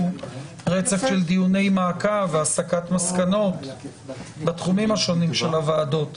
רצף של דיוני מעקב והסקת מסקנות בתחומים השונים של הוועדות.